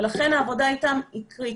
לכן העבודה איתם היא קריטית.